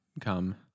come